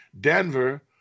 Denver